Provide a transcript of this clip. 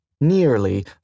nearly